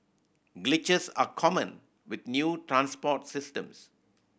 glitches are common with new transport systems